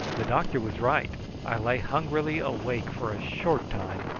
the doctor was right i lay hungrily awake for a short time,